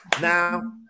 Now